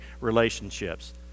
relationships